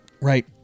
Right